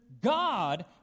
God